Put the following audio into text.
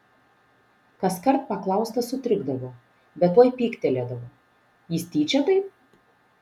kaskart paklaustas sutrikdavo bet tuoj pyktelėdavo jis tyčia taip